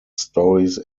stories